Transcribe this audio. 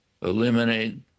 eliminate